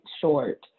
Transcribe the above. short